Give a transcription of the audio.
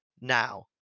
now